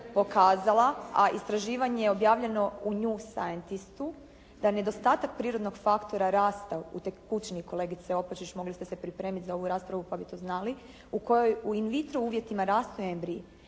pokazala a istraživanje je objavljeno u …/Govornica se ne razumije./… da nedostatak prirodnog faktora rasta u tekućini, kolegice Opačić mogli ste se pripremiti za ovu raspravu pa bi to znali, u kojoj u in vitro uvjetima rastu embriji